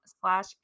slash